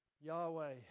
Yahweh